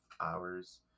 hours